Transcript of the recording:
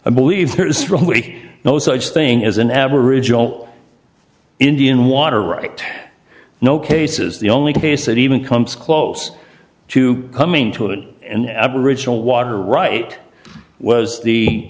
i believe there is no such thing as an aboriginal indian water right no cases the only case that even comes close to coming to an end aboriginal water right was the